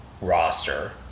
roster